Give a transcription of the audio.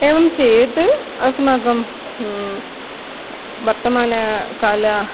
एवं चेत् अस्माकं वर्तमानकालः